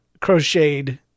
crocheted